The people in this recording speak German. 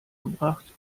gebracht